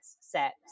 set